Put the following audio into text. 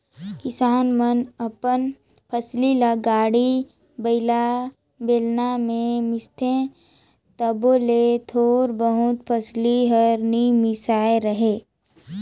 किसान मन अपन फसिल ल गाड़ी बइला, बेलना मे मिसथे तबो ले थोर बहुत फसिल हर नी मिसाए रहें